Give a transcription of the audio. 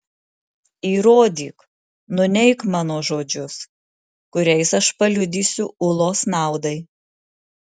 įrodyk nuneik mano žodžius kuriais aš paliudysiu ulos naudai